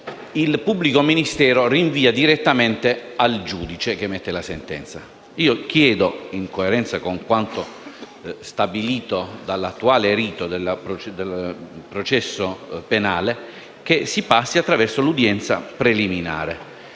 il pubblico ministero rinvia direttamente al giudice che emette la sentenza. In coerenza con quanto stabilito dall'attuale rito del processo penale, chiedo che si passi attraverso l'udienza preliminare.